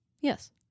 Yes